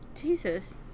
Jesus